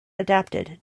adapted